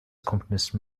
komponisten